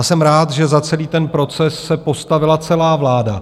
Jsem rád, že za celý ten proces se postavila celá vláda.